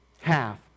half